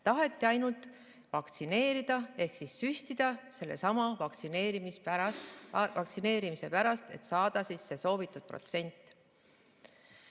Taheti ainult vaktsineerida ehk süstida sellesama vaktsineerimise pärast, et saada täis soovitud protsent.